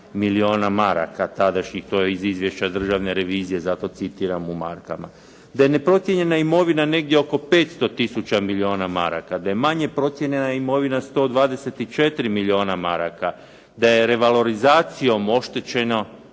milijuna maraka tadašnjih to je iz Izvješća Državne revizije zato citiram u markama. Da je neprocijenjena imovina negdje oko 500 tisuća milijuna maraka, da je manje procijenjena imovina 124 milijuna maraka, da je revalorizacijom oštećeno